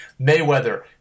Mayweather